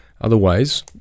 Otherwise